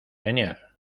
genial